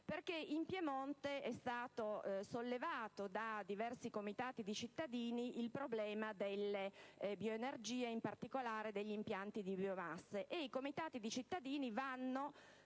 Piemonte. In Piemonte è stato sollevato da diversi comitati di cittadini il problema delle bioenergie e in particolare degli impianti di biomasse.